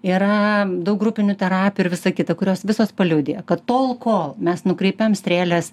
yra daug grupinių terapijų ir visa kita kurios visos paliudija kad tol kol mes nukreipiam strėles